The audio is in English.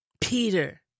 Peter